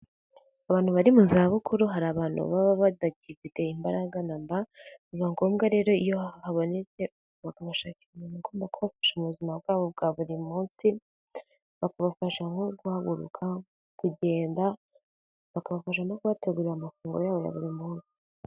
Abantu bari mu za bukuru hari abantu baba ba batagifite imbaraga na mba, biba ngombwa rero iyo habonetse bakamushakira umuntu ugomba kubafasha mu buzima bwabo bwa buri munsi, bakabafasha nko guhaguruka, kugenda, bakabafasha no kubategurira amafunguro yabo ya buri munsi.